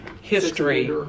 history